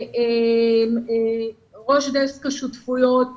וראש דסק השותפויות